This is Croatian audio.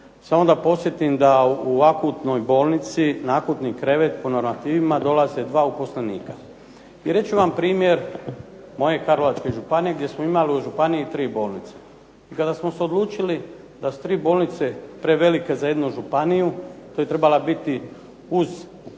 Samo da podsjetim da u akutnoj bolnici na akutni krevet po normativima dolaze dva uposlenika. I reći ću vam primjer moje Karlovačke županije gdje smo imali u županiji tri bolnice. Kada smo se odlučili da su tri bolnice prevelike za jednu županije to je trebala biti uz utemeljeno,